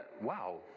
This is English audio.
Wow